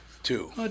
Two